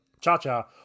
Cha-Cha